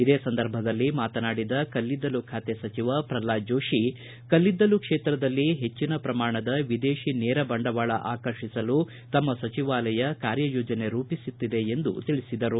ಇದೇ ಸಂದರ್ಭದಲ್ಲಿ ಮಾತನಾಡಿದ ಕಲ್ಲಿದ್ದಲು ಖಾತೆ ಸಚಿವ ಪ್ರಲ್ವಾದ ಜೋತಿ ಕಲ್ಲಿದ್ದಲು ಕ್ಷೇತ್ರದಲ್ಲಿ ಹೆಚ್ಚಿನ ಪ್ರಮಾಣದ ವಿದೇಶಿ ನೇರ ಬಂಡವಾಳ ಆಕರ್ಷಿಸಲು ತಮ್ಮ ಸಚಿವಾಲಯ ಕಾರ್ಯಯೋಜನೆ ರೂಪಿಸುತ್ತಿದೆ ಎಂದು ತಿಳಿಸಿದ್ದಾರೆ